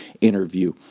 interview